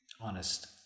Honest